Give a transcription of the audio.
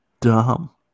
dumb